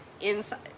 inside